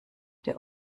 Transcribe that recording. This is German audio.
der